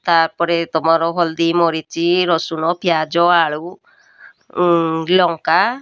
ତା'ପରେ ତମର ହଲଦୀ ମରିଚି ରସୁଣ ପିଆଜ ଆଳୁ ଲଙ୍କା